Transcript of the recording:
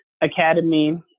academy